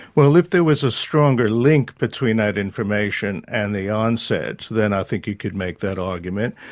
well, if there was a stronger link between that information and the onset then i think you could make that argument.